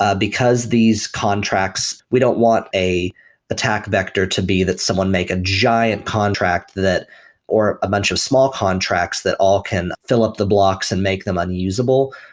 ah because these contracts we don't want an attack vector to be that someone make a giant contract that or a bunch of small contracts that all can fill up the blocks and make them unusable.